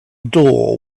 door